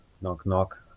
knock-knock